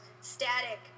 static